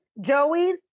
Joey's